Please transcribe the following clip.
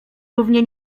równie